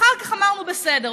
אחר כך אמרנו: בסדר.